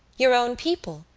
your own people,